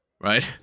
right